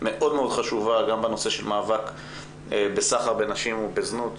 ועדה מאוד מאוד חשובה גם בנושא של מאבק בסחר בנשים ובזנות.